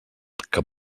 que